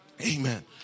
Amen